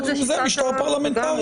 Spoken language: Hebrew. זה משטר פרלמנטרי.